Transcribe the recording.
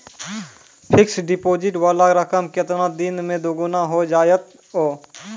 Fixed deposit वाला रकम केतना दिन मे दुगूना हो जाएत यो?